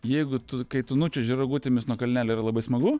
jeigu tu kai tu nučiuoži rogutėmis nuo kalnelio yra labai smagu